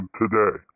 today